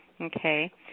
Okay